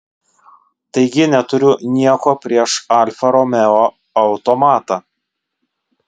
taigi neturiu nieko prieš alfa romeo automatą